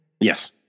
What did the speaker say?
yes